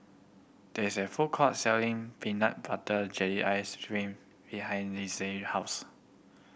there is a food court selling peanut butter jelly ice cream behind Linsey house